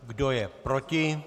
Kdo je proti?